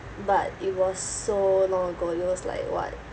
but it was so long ago it was like what